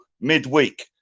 midweek